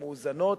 הן מאוזנות.